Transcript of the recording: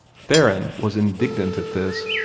theron was indignant at this,